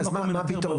מה הפתרון?